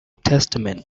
testament